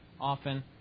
often